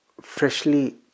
freshly